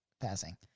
Passing